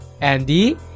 Andy